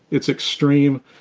it's extreme,